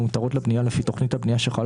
המותרות לבנייה לפי תוכנית הבנייה שחלה